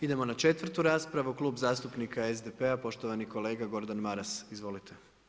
Idemo na 4. raspravu, Klub zastupnika SDP-a poštovani kolega Gordan Maras, izvolite.